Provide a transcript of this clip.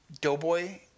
doughboy